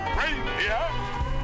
reindeer